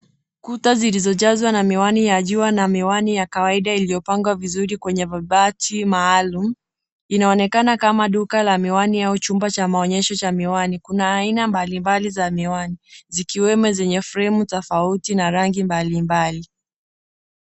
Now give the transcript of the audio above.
Kuta zilizojazwa na miwani ya jua na miwani ya kawaida iliyopangwa vizuri kwenye vibati maalum. Inaonekana kama duka la miwani au chumba cha maonyesho cha miwani. Kuna aina mbali mbali za miwani zikiwemo zenye fremu tofauti na rangi mbali mbali.